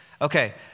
Okay